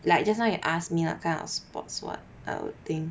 like just now you ask me what kind of sports [what] I'll think